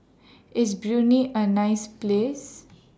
IS Brunei A nice Place